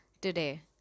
today